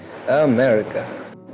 America